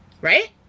right